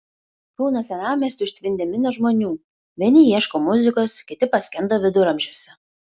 kauno senamiestį užtvindė minios žmonių vieni ieško muzikos kiti paskendo viduramžiuose